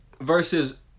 Versus